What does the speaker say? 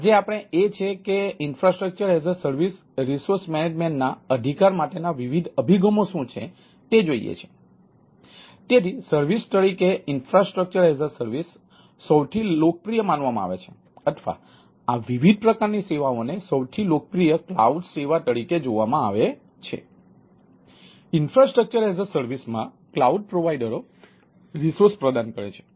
તેથી આજે આપણે એ છે કે IaaS રિસોર્સ મેનેજમેન્ટ નો સમાવેશ થાય છે